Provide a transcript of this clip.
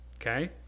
okay